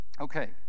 Okay